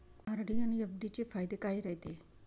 RD अन FD चे फायदे काय रायते?